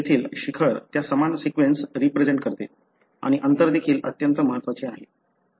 येथील शिखर त्या समान सीक्वेन्स रिप्रेझेन्ट करते आणि अंतर देखील अत्यंत महत्वाचे आहे